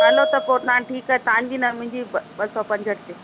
हलो त पोइ तव्हां ठीकु आहे तव्हांजी न मुंहिंजी ॿ ॿ सौ पंजहठि ते